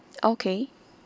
okay